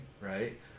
right